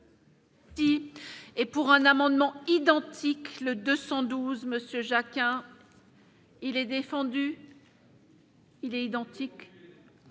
Et pour un amendement identique le 212 Monsieur Jacquin. Il est défendu. Il est identique,